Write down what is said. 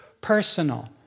personal